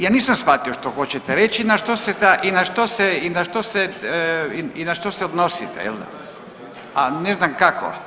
Ja nisam shvatio šta hoćete reći, ne što se ta i na što se, i na što se, i na što se odnosite jel da, a ne znam kako